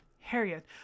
Harriet